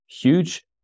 huge